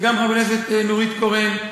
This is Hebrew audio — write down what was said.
וגם חברת הכנסת נורית קורן,